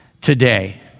today